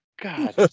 God